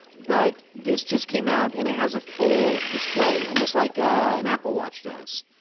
but this just came out, and it has a full display, almost like an apple watch does.